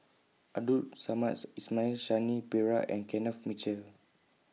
Abdul Samad's Ismail Shanti Pereira and Kenneth Mitchell